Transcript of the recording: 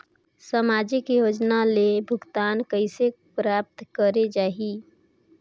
समाजिक योजना ले भुगतान कइसे प्राप्त करे जाहि?